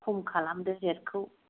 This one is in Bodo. खम खालामदो रेटखौ